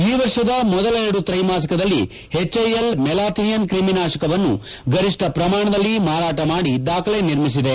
ಈ ವರ್ಷದ ಮೊದಲ ಎರಡು ತ್ರೈಮಾಸಿಕದಲ್ಲಿ ಎಚ್ಐಎಲ್ ಮೆಲಾಥಿಯನ್ ಕ್ರಿಮಿನಾಶಕವನ್ನು ಗರಿಷ್ಠ ಪ್ರಮಾಣದಲ್ಲಿ ಮಾರಾಟ ಮಾಡಿ ದಾಖಲೆ ನಿರ್ಮಿಸಿದೆ